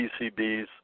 PCBs